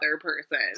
person